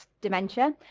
dementia